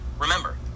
remember